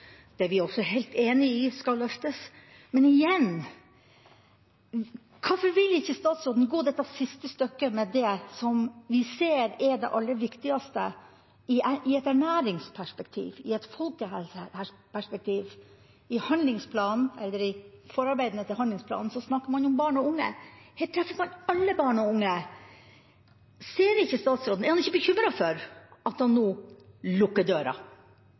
er vi også helt enig i at skal løftes. Men igjen: Hvorfor vil ikke statsråden gå dette siste stykket med det som vi ser er det aller viktigste i et ernæringsperspektiv, i et folkehelseperspektiv? I forarbeidene til handlingsplanen snakker man om barn og unge – og her treffer man alle barn og unge. Er ikke statsråden bekymret for at han nå lukker døra,